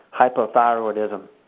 hypothyroidism